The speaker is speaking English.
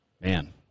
man